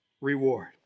reward